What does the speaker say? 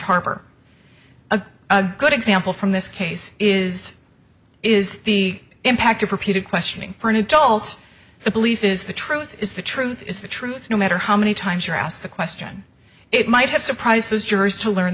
harbor a good example from this case is is the impact of repeated questioning for an adult the belief is the truth is the truth is the truth no matter how many times you ask the question it might have surprised those jurors to learn